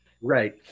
right